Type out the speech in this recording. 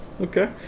Okay